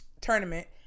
tournament